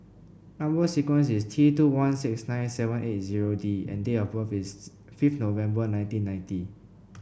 number sequence is T two one six nine seven eight zero D and date of birth is fifth November nineteen ninety